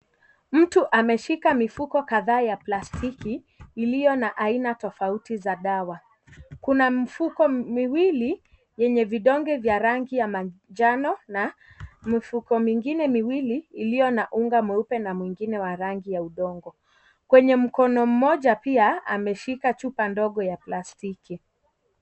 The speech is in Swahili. Mtu ameshika mifuko kadhaa ya plastiki iliyo na aina tofauti za dawa kuna mfuko miwili yenye vidonge vya rangi ya manjano na mifuko mwingine miwili iliyona na unga meupe na mwingine wa rangi ya udongo, kwenye mkono mmoja pia ameshika chupa ndogo ya plastiki.